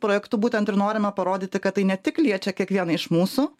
projektu būtent ir norime parodyti kad tai ne tik liečia kiekvieną iš mūsų